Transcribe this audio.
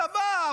הצבא,